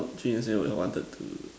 Jun yuan said what you wanted to